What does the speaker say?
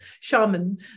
shaman